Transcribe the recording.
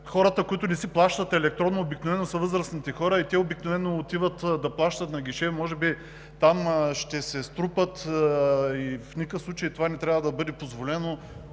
хората, които не си плащат електронно, обикновено са възрастните и те отиват да плащат на гише. Може би там ще се струпат и това в никакъв случай не трябва да бъде позволено.